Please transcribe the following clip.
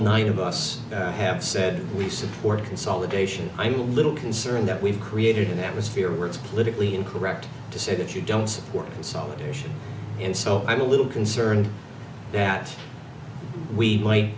nine of us have said we support consolidation i'm a little concerned that we've created an atmosphere where it's politically incorrect to say that you don't work in solitary and so i little concerned that we we might